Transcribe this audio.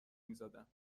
میزدم